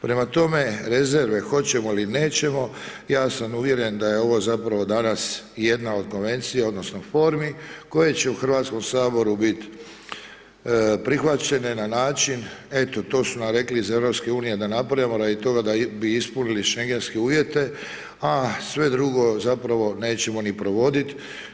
Prema tome, rezerve hoćemo li, nećemo, ja sam uvjeren da je ovo zapravo danas jedna od Konvencija odnosno formi koje će u HS-u bit prihvaćene na način, eto to su nam rekli iz EU da napravimo radi toga da bi ispunili Šengenske uvjete, a sve drugo, zapravo, nećemo ni provodit.